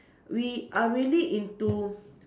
we are really into